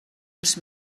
els